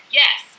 yes